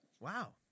Wow